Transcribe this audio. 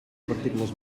partícules